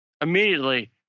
immediately